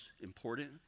important